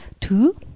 two